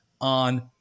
on